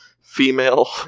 female